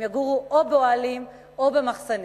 הם יגורו או באוהלים או במחסנים.